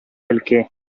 көлке